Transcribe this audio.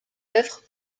œuvres